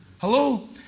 hello